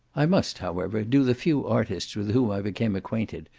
i must, however, do the few artists with whom i became acquainted,